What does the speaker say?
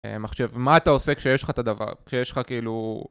מחשב, מה אתה עושה כשיש לך את הדבר? כשיש לך כאילו...